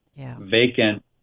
vacant